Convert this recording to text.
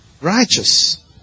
Righteous